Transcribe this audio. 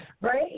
Right